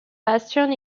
bastion